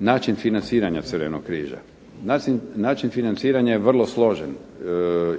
Način financiranja je vrlo složen